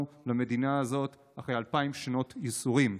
למדינה הזאת אחרי אלפיים שנות ייסורים.